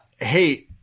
Hey